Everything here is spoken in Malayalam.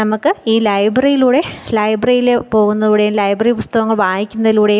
നമുക്ക് ഈ ലൈബ്രറിയിലൂടെ ലൈബ്രറിയിൽ പോകുന്നതിലൂടേയും ലൈബ്രറി പുസ്തകങ്ങൾ വായിക്കുന്നതിലൂടെയും